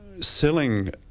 selling